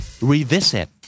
Revisit